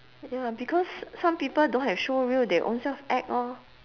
ya because some people don't have showreel they ownself act lor